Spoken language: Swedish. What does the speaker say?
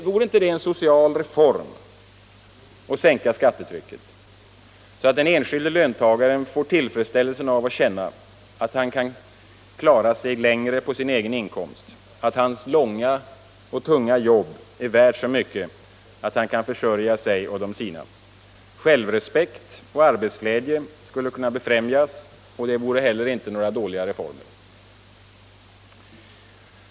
Vore det inte en social reform att sänka skattetrycket så att den enskilde löntagaren finge tillfredsställelsen av att känna att han kan klara sig längre på sin egen inkomst, att hans långa och tunga jobb är värt så mycket att han kan försörja sig och de sina? Självrespekt och arbetsglädje skulle kunna befrämjas, och det vore inte heller några dåliga reformer.